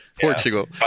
Portugal